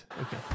okay